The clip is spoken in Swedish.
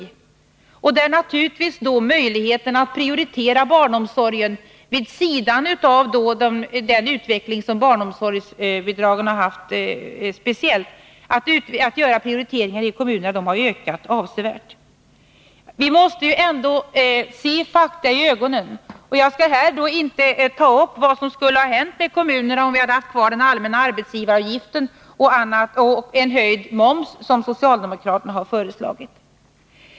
Kommunernas möjligheter att prioritera barnomsorgen vid sidan av vad barnomsorgsbidraget har skapat har naturligtvis därmed ökat avsevärt. Vi måste ändå se fakta i ögonen. Jag skall inte ta upp vad som skulle ha hänt, om vi hade haft kvar den allmänna arbetsgivaravgiften och en höjd moms, som socialdemokraterna har föreslagit.